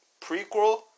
prequel